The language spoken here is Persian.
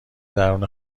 درون